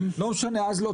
לא ל"יתד נאמן".